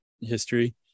history